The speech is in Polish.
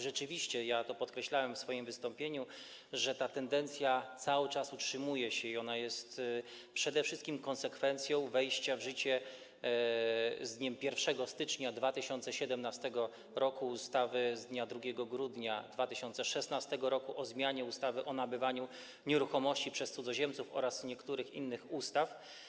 Rzeczywiście, ja podkreślałem w swoim wystąpieniu, że ta tendencja cały czas utrzymuje się i że jest ona przede wszystkim konsekwencją wejścia w życie z dniem 1 stycznia 2017 r. ustawy z dnia 2 grudnia 2016 r. o zmianie ustawy o nabywaniu nieruchomości przez cudzoziemców oraz niektórych innych ustaw.